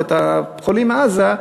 או את החולים מעזה,